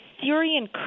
Syrian